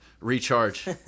Recharge